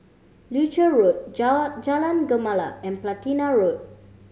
Leuchars Road Jar Jalan Gemala and Platina Road